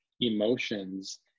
emotions